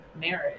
marriage